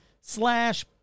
slash